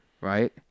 right